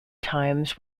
times